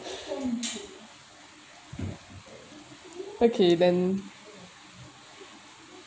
okay then